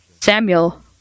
Samuel